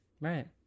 right